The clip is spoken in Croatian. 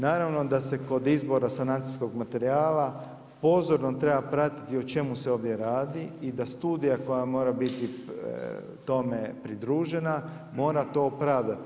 Naravno da se kod izbora sanacijskog materijala pozorno treba pratiti o čemu se ovdje radi i da studija koja mora biti tome pridružena mora to opravdati.